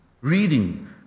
reading